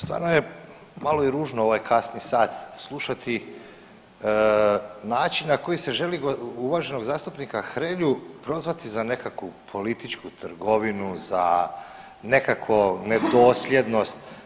Stvarno je malo i ružno u ovaj kasni sat slušati način na koji se želi uvaženog zastupnika Hrelju prozvati za nekakvu političku trgovinu, za nekakvu nedosljednost.